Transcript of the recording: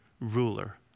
ruler